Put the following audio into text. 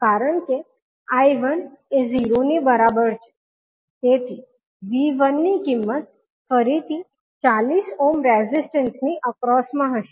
કારણ કે I1 એ 0 ની બરાબર છે તેથી V1 ની કિંમત ફરીથી 40 ઓહ્મ રેઝિસ્ટન્સ ની એક્રોસમા હશે